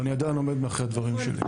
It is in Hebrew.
ואני עדיין עומד מאחורי הדברים שלי.